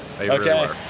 Okay